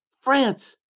France